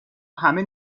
همه